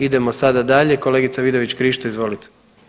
Idemo sada dalje, kolegica Vidović Krišto, izvolite.